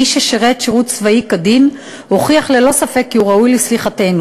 מי ששירת שירות צבאי כדין הוכיח ללא ספק כי הוא ראוי לסליחתנו.